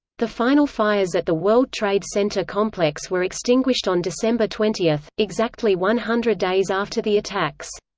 the final fires at the world trade center complex were extinguished on december twenty, exactly one hundred days after the attacks.